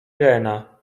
rena